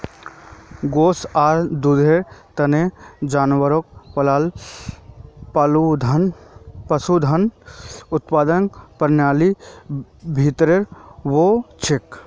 गोस आर दूधेर तने जानवर पालना पशुधन उत्पादन प्रणालीर भीतरीत वस छे